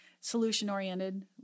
Solution-oriented